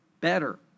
better